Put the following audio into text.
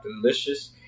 Delicious